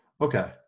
Okay